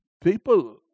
people